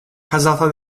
casata